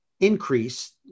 increase